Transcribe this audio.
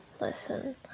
listen